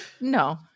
No